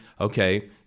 Okay